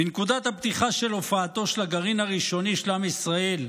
בנקודת הפתיחה של הופעתו של הגרעין הראשוני של עם ישראל,